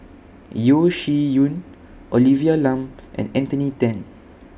Yeo Shih Yun Olivia Lum and Anthony Then